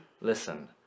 listen